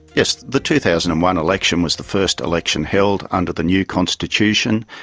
yes, the two thousand and one election was the first election held under the new constitution,